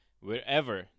wherever